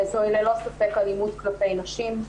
זו היא ללא ספק אלימות כלפי נשים.